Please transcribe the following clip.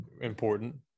important